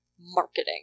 marketing